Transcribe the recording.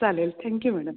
चालेल thank you madam